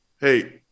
hey